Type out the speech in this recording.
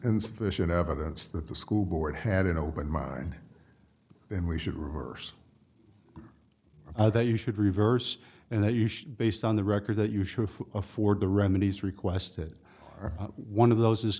insufficient evidence that the school board had an open mind then we should reverse that you should reverse and that you should based on the record that you should afford the remedies requested or one of those is